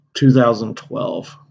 2012